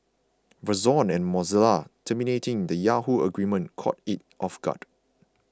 Verizon and Mozilla terminating the Yahoo agreement caught it off guard